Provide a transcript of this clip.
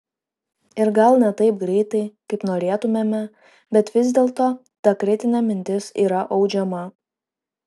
ir gal ne taip greitai kaip norėtumėme bet vis dėlto ta kritinė mintis yra audžiama